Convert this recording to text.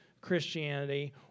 Christianity